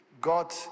God